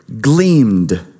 gleamed